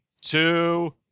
two